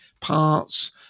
parts